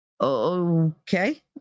Okay